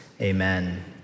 Amen